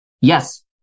Yes